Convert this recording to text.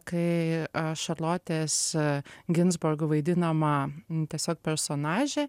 kai šarlotės ginzburg vaidinama tiesiog personažė